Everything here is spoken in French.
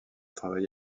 travaille